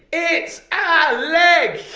it's a leg.